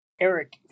Eric